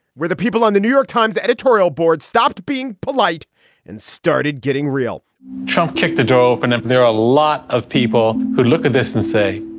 where the people on the new york times editorial board stopped being polite and started getting real trump kicked the door open. there are a lot of people who look at this and say,